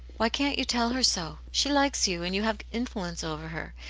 why can't you tell her so? she likes you, and you have influence over her.